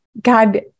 God